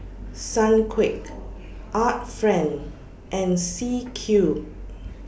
Sunquick Art Friend and C Cube